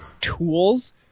tools